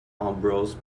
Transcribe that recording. ambrose